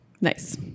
nice